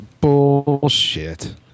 Bullshit